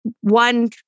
one